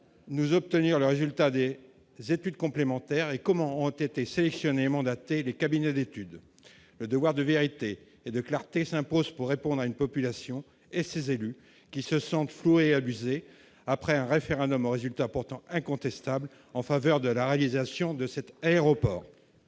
nous obtenir le résultat des études complémentaires et comment ont été sélectionnés mandaté les cabinets d'études, le devoir de vérité et de clarté s'impose pour répondre à une population et ces élus qui se sentent floués abusés après un référendum au résultat pourtant incontestable en faveur de la réalisation de cet aéroport.